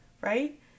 right